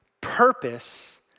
Purpose